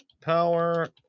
Power